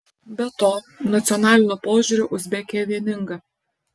be to nacionaliniu požiūriu uzbekija vieninga